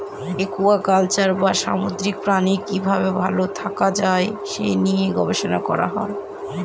aquaculture বা সামুদ্রিক প্রাণীদের কি ভাবে ভালো থাকা যায় সে নিয়ে গবেষণা করা হয়